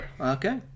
Okay